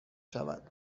شود